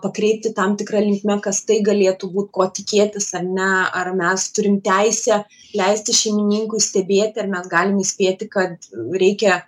pakreipti tam tikra linkme kas tai galėtų būt ko tikėtis ar ne ar mes turim teisę leisti šeimininkui stebėti ar mes galim įspėti kad reikia